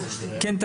לכן,